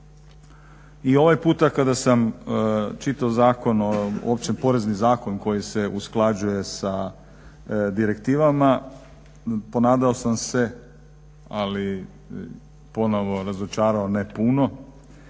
I ovaj puta kada sam čitao Opći porezni zakon koji se usklađuje sa direktivama ponadao sam se, ali i ponovno razočarao, ne puno